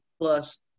plus